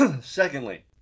Secondly